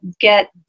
get